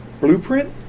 blueprint